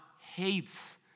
hates